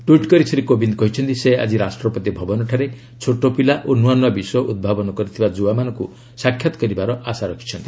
tweet କରି ଶ୍ରୀ କୋବିନ୍ଦ କରିଛନ୍ତି ସେ ଆଜି ରାଷ୍ଟ୍ରପତି ଭବନଠାରେ ଛୋଟପିଲା ଓ ନୂଆନୂଆ ବିଷୟ ଉଦ୍ଭାବନ କରିଥିବା ଯୁବାମାନଙ୍କୁ ସାକ୍ଷାତ କରିବାକୁ ଆଶା କରୁଛନ୍ତି